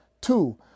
Two